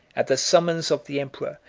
at the summons of the emperor,